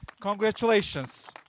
Congratulations